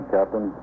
Captain